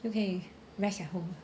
就可以 rest at home